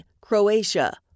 Croatia